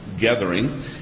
gathering